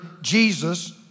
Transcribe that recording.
Jesus